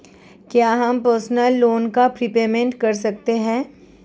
क्या हम personal loan का प्रीपेमेंट कर सकते हैं?